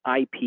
IP